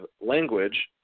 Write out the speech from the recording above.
language